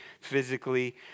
physically